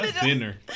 dinner